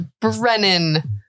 Brennan